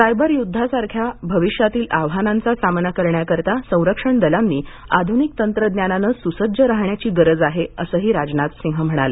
cyber युद्धासारख्या भविष्यातील आव्हानांचा सामना करण्याकरता संरक्षण दलांनी आधुनिक तंत्रज्ञानानं सुसज्ज राहण्याची गरज आहे असंही राजनाथ सिंह म्हणाले